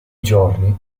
giorni